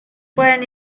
pueden